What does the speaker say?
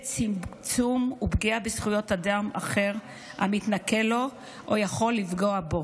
צמצום ופגיעה בזכויות אדם אחר המתנכל לו או יכול לפגוע בו.